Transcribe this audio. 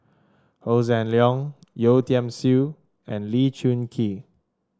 Hossan Leong Yeo Tiam Siew and Lee Choon Kee